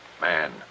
Man